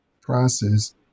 process